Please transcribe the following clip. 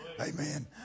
Amen